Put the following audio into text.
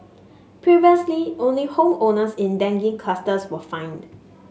previously only home owners in dengue clusters were fined